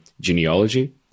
genealogy